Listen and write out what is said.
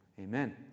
amen